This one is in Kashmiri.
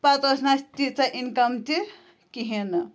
پَتہٕ ٲس نہٕ اَسہِ تیٖژاہ اِنکَم تہِ کِہیٖنۍ نہٕ